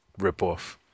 ripoff